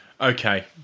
Okay